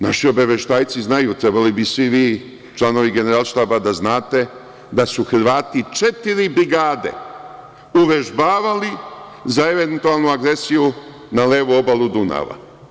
Naši obaveštajci znaju, trebalo bi svi vi, članovi Generalštaba, da znate da su Hrvati četiri brigade uvežbavali za eventualnu agresiju na levu obalu Dunava.